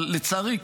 אבל לצערי,